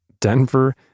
Denver